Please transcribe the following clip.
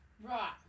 Right